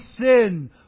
sin